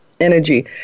energy